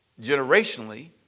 generationally